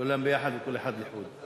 כולם יחד וכל אחד לחוד.